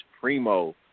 Primo